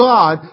God